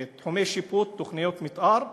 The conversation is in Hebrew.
תחומי שיפוט, תוכניות מתאר,